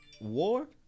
war